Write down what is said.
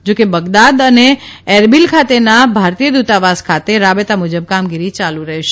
જો કે બગદાદ અને એરબીલ ખાતેના ભારતીય દૂતાવાસ ખાતે રાબેતા મુજબ કામગીરી ચાલુ રહેશે